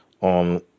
on